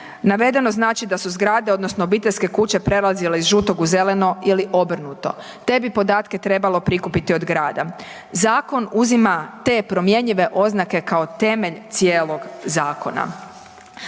Navedeno znači da su zgrade odnosno obiteljske kuće prelazile iz žutog u zeleno ili obrnuto. Te bi podatke trebalo prikupiti od grada. Zakon uzima te promjenjive oznake kao temelj cijelog zakona.